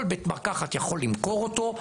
כל בית-מרקחת יכול למכור אותו,